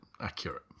accurate